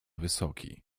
wysoki